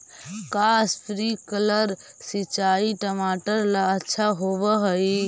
का स्प्रिंकलर सिंचाई टमाटर ला अच्छा होव हई?